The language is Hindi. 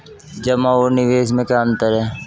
जमा और निवेश में क्या अंतर है?